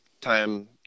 time